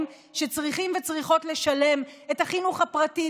שצריכים וצריכות לשלם על החינוך הפרטי,